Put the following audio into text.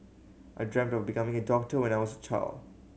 I dreamt of becoming a doctor when I was a child